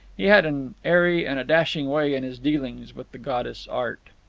he had an airy and a dashing way in his dealings with the goddess art.